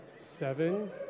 seven